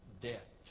debt